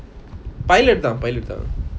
pilot தான்:thaan pilot தான்:thaan